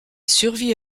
survit